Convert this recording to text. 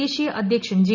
ദേശീയ അധ്യക്ഷൻ ജെ